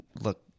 look